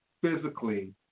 physically